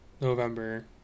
November